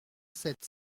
sept